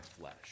flesh